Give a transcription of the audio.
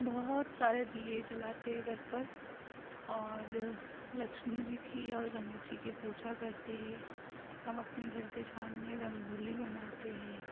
बहुत सारे दिए जलाते घर पर और लक्ष्मी जी की और गणेश जी की पूजा करते हैं हम अपने घर के सामने रंगोली बनाते हैं